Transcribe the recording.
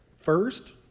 first